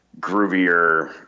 groovier